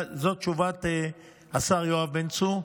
זו תשובת השר יואב בן צור.